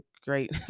great